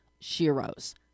Shiro's